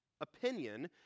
opinion